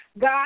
God